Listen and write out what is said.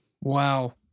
Wow